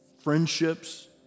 Friendships